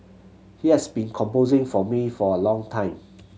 he has been composing for me for a long time